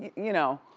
you know.